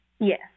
Yes